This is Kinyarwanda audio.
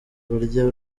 barya